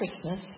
Christmas